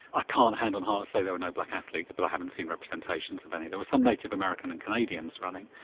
i can't hand-on-heart say there were no black athletes, but i haven't seen representations of any. there were some native american and canadians running,